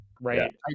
Right